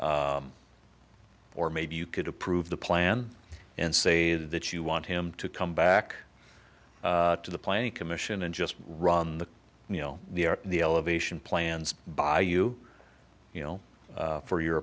or maybe you could approve the plan and say that you want him to come back to the planning commission and just run the you know the are the elevation plans by you you know for your